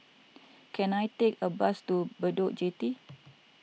can I take a bus to Bedok Jetty